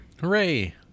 Hooray